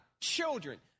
Children